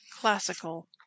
classical